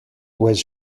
was